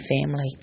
family